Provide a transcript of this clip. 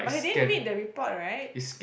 but he didn't read the report right